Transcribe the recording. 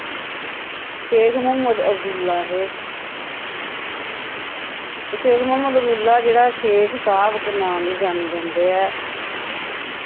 शेख मोह्म्मद अबदुल्ला हे एह् शेख मोह्म्मद अबदुल्ला जेह्ड़ा शेख साह्ब क नाम दे जाने जंदे ऐ